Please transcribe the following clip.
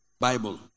Bible